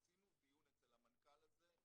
עשינו דיון אצל המנכ"ל על זה.